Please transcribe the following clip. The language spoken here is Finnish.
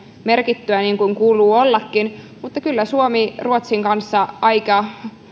merkittyä niin kuin kuuluu ollakin mutta kyllä suomi ruotsin kanssa aika